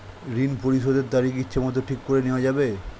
ঋণ পরিশোধের তারিখ ইচ্ছামত ঠিক করে নেওয়া যাবে?